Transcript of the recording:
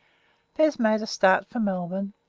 bez made a start for melbourne,